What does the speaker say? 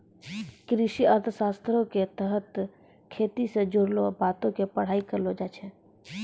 कृषि अर्थशास्त्रो के तहत खेती से जुड़लो बातो के पढ़ाई करलो जाय छै